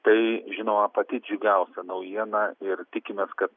tai žinoma pati džiugiausia naujiena ir tikimės kad